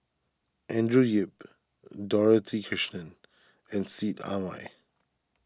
Andrew Yip Dorothy Krishnan and Seet Ai Wine